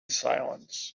silence